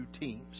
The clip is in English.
teams